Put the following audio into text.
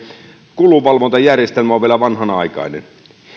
kulunvalvontajärjestelmä on vielä vanhanaikainen